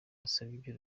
yasabye